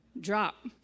drop